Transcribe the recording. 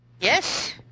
Yes